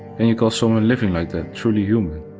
and you call someone living like that truly human?